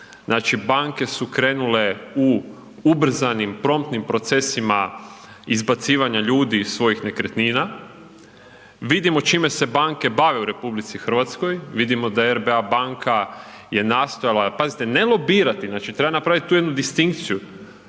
znači banke su krenule u ubrzanim promptnim procesima izbacivanja ljudi iz svojih nekretnina, vidimo čime se banke bave u RH, vidimo da RBA banka je nastojala, pazite ne lobirati, znači treba napravit tu jednu distinkciju,